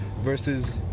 versus